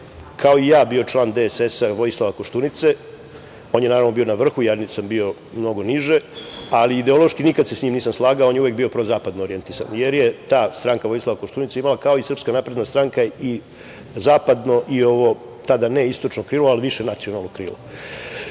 kao i ja, bio član DSS-a Vojislava Koštunice, on je bio na vrhu ja sam bio mnogo niže, ali ideološki se sa njim nikada nisam slagao, on je uvek bio prozapadno orijentisan, jer je ta stranka Vojislava Koštunice kao i SNS imala i zapadno i tada ne istočno ali više nacionalno krilo.